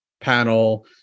panel